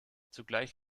zugleich